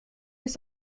his